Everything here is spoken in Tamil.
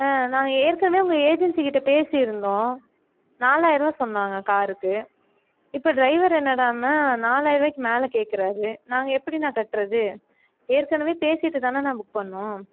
நாங்கள் ஏற்கனே உங்கள் ஏஜென்சிகிட்ட பேசியிருந்தோம் நாலாயிரருவா சொன்னாங்க காருக்கு இப்போ ட்ரைவர் என்னடானா நாலாயிரருவாக்கி மேலே கேட்குறாரு நாங்கள் எப்படிண்ணா கட்டுறது ஏற்கனவே பேசிட்டுதானேண்ணா புக் பண்ணோம்